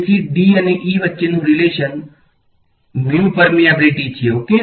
તેથી D અને E વચ્ચેનો રીલેશન mu પર્મીયાબીલીટી ઓકે